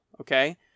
okay